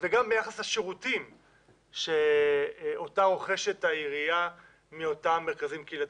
וגם ביחס לשירותים שאותם רוכשת העירייה מאותם מרכזים קהילתיים.